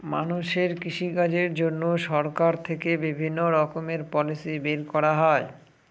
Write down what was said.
মানুষের কৃষিকাজের জন্য সরকার থেকে বিভিণ্ণ রকমের পলিসি বের করা হয়